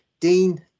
Dean